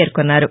పేర్కొన్నారు